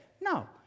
No